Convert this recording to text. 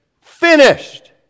finished